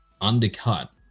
undercut